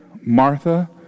Martha